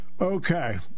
Okay